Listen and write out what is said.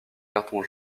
cartons